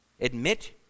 Admit